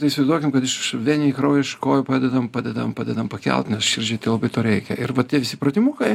tai įsivaizduokim kad iš veninį kraują iš kojų padedam padedam padedam pakelt nes širdžiai tai labai to reikia ir va tie visi pratimukai